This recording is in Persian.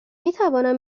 میتوانم